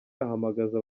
ahamagaza